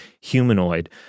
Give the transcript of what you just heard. humanoid